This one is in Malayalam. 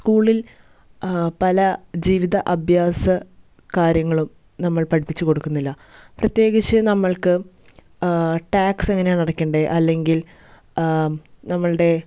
സ്കൂളിൽ പല ജീവിത അഭ്യാസ കാര്യങ്ങളും നമ്മൾ പഠിപ്പിച്ച് കൊടുക്കുന്നില്ല പ്രത്യേകിച്ച് നമുക്ക് ടാക്സ് എങ്ങനെയാണ് അടയ്ക്കേണ്ടത് അല്ലെങ്കിൽ നമ്മുടെ